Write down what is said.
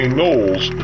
Knowles